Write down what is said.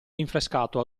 rinfrescato